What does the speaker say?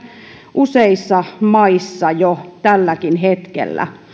useissa maissa jo tälläkin hetkellä